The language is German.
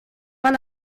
man